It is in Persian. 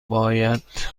باید